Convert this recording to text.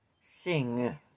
Sing